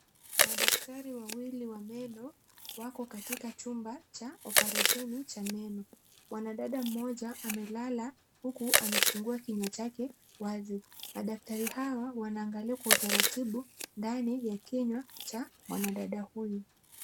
Madaktari wawili wa meno wako katika chumba cha oparesheni cha meno, mwanadada mmoja amelala, huku amefungua kinywa chake wazi, madaktari hawa wanaangalia kwa utaratibu ndani ya kinywa cha mwanadada huyu.